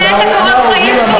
לא, לא, אתה רוצה את תורת החיים שלי?